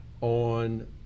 on